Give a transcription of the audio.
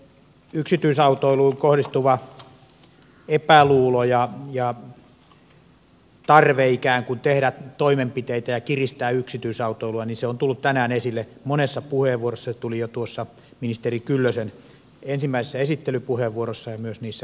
yksityisautoiluun kohdistuva epäluulo ja tarve ikään kuin tehdä toimenpiteitä ja kiristää yksityisautoilua ovat tulleet tänään esille monessa puheenvuorossa ja se tuli jo ministeri kyllösen ensimmäisessä esittelypuheenvuorossa ja myös vastauspuheenvuoroissa